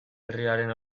herriaren